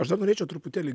aš dar norėčiau truputėlį